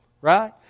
right